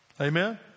Amen